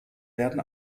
werden